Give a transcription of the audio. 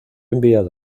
enviado